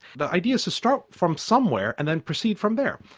the idea is to start from somewhere and then proceed from there.